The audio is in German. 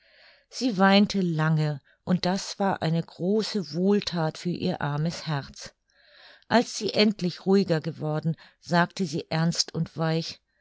sie weinte lange und das war eine große wohlthat für ihr armes herz als sie endlich ruhiger geworden sagte sie ernst und weich